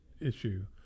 issue